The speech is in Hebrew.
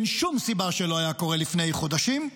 ואין שום סיבה שלא היה קורה לפני חודשים,